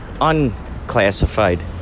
unclassified